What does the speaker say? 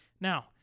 Now